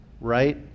right